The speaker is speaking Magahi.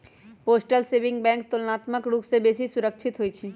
पोस्टल सेविंग बैंक तुलनात्मक रूप से बेशी सुरक्षित होइ छइ